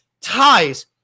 ties